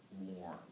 warm